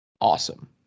awesome